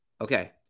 Okay